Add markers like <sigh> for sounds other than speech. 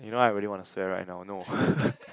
you know I really want to swear right now no <laughs>